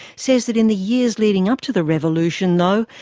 says that in the years leading up to the revolution, though,